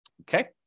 okay